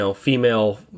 female